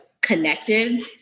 connected